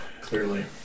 Clearly